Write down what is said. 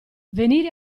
venire